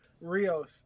Rios